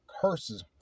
curses